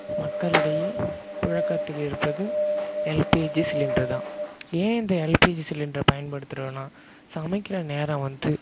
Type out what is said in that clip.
மக்களிடையே புழக்கத்தில் இருப்பது எல்பிஜி சிலிண்டர்தான் ஏன் இந்த எல்பிஜி சிலிண்டரை பயன்படுத்துகிறோன்னா சமைக்கிற நேரம் வந்து